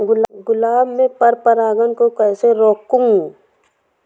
गुलाब में पर परागन को कैसे रोकुं?